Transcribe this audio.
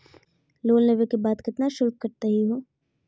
Loan लेवे के बाद केतना शुल्क कटतही हो?